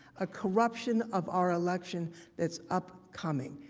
a corruption of our election that is upcoming.